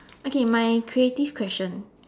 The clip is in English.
okay my creative question